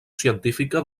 científica